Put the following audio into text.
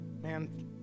Man